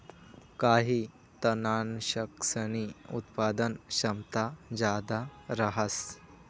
काही तननाशकसनी उत्पादन क्षमता जादा रहास